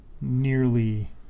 nearly